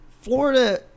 Florida